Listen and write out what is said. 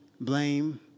blame